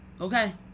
Okay